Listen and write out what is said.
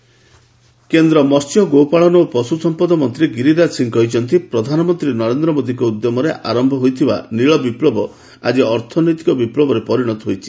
ଗିରିରାକ ସିଂହ କେନ୍ଦ୍ର ମହ୍ୟ ଗୋପାଳନ ଓ ପଶୁ ସମ୍ପଦ ମନ୍ତ୍ରୀ ଗିରିରାଜ ସିଂହ କହିଛନ୍ତି ପ୍ରଧାନମନ୍ତ୍ରୀ ନରେନ୍ଦ୍ର ମୋଦୀଙ୍କ ଉଦ୍ୟମରେ ଆରମ୍ଭ ହୋଇଥିବା ନୀଳ ବିପ୍ଲବ ଆଜି ଅର୍ଥନୈତିକ ବିପ୍ଲବରେ ପରିଣତ ହୋଇଛି